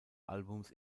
albums